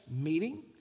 meeting